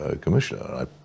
commissioner